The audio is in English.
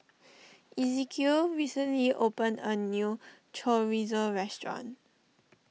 Ezekiel recently opened a new Chorizo restaurant